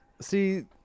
See